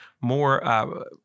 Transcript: more